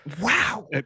wow